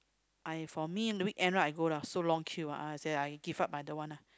I for me the weekend right I go lah so long queue ah I say I give up I don't want lah